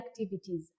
activities